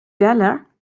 duller